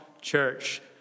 Church